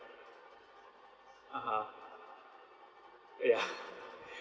(uh huh) ya